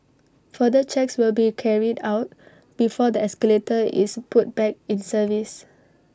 further checks will be carried out before the escalator is put back in service